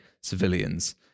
civilians